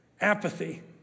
apathy